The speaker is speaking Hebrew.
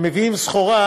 כשמביאים סחורה,